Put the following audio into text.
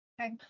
Okay